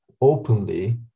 openly